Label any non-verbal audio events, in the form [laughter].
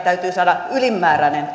täytyy saada ylimääräinen [unintelligible]